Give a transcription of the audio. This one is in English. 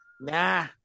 nah